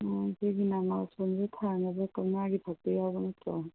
ꯑꯣ ꯑꯩꯈꯣꯏꯒꯤ ꯅꯃꯥꯖ ꯁꯣꯟꯕꯩ ꯊꯥꯅꯕ ꯀꯧꯅꯥꯒꯤ ꯐꯛꯇꯣ ꯌꯥꯎꯕ ꯅꯠꯇ꯭ꯔꯣ